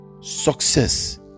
success